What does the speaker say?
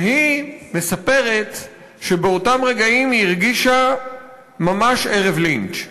והיא מספרת שבאותם רגעים היא הרגישה ממש ערב לינץ'.